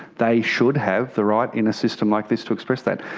they should have the right in a system like this to express that.